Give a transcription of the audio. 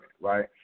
right